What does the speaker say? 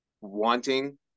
wanting